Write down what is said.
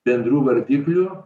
bendrų vardiklių